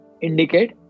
indicate